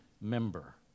member